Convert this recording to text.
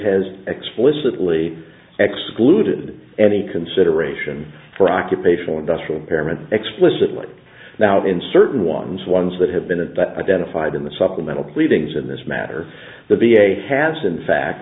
has explicitly excluded any consideration for occupational industrial parent explicitly now in certain ones ones that have been an identified in the supplemental pleadings in this matter the v a has in fact